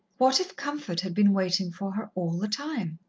what if comfort had been waiting for her all the time?